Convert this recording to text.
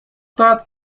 داد